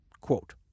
Quote